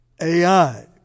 AI